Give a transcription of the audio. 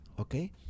okay